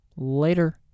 Later